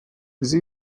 sie